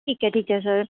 ਠੀਕ ਹੈ ਠੀਕ ਹੈ ਸਰ